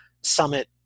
summit